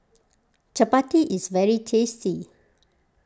Chapati is very tasty